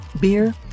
beer